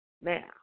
Now